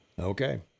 Okay